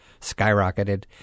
skyrocketed